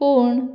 पूण